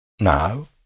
Now